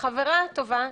חברה טובה,